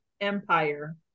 empire